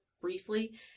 briefly